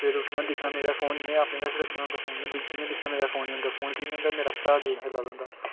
दिक्खना मेरा फोन में अपने कश रक्खे दा फोन जि'यां में दिक्खना मेरा फोन निं होंदा फोन की निं होंदा मेरा भ्राऽ गेम खेला दा होंदा